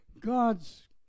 God's